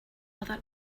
other